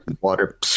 water